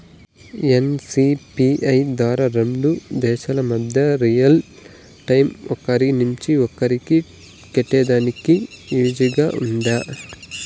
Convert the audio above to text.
NCPI ద్వారా రెండు దేశాల మధ్య రియల్ టైము ఒకరి నుంచి ఒకరికి కట్టేదానికి ఈజీగా గా ఉంటుందా?